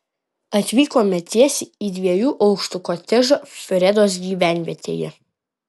atvykome tiesiai į dviejų aukštų kotedžą fredos gyvenvietėje